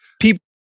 People